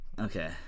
okay